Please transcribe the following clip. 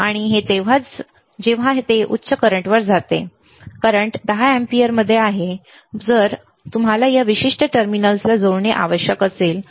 आणि हे तेव्हाच जेव्हा ते उच्च करंट वर जाते करंट 10 एम्पीयर मध्ये आहे मग तुम्हाला या विशिष्ट टर्मिनल्सला जोडणे आवश्यक आहे